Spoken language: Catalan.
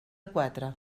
quatre